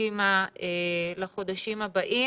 לחודשים הבאים.